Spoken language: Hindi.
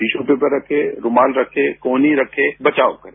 टीसू पेपर रखें रूमाल रखें कोहिनी रखें बचाव करें